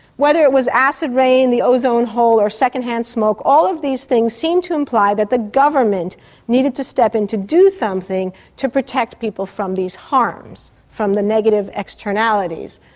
whether it was acid rain, the ozone hole or second-hand smoke, all of these things seemed to imply that the government needed to step in to do something to protect people from these harms, from the negative externalities.